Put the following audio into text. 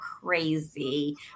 crazy